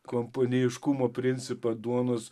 kompaneiškumo principą duonos